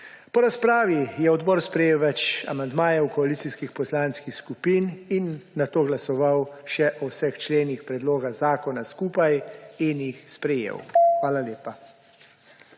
Po razpravi je odbor sprejel več amandmajev koalicijskih poslanskih skupin in nato glasoval še o vseh členih predloga zakona skupaj in jih sprejel. Hvala lepa.